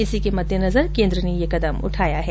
इसी के मद्देनजर केन्द्र ने ये कदम उठाया हैं